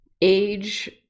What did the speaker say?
age